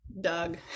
Doug